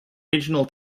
regional